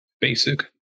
basic